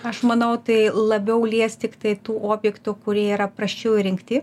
aš manau tai labiau lies tiktai tų objektų kurie yra prasčiau įrengti